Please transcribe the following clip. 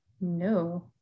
No